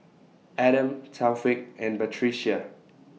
Adam Taufik and Batrisya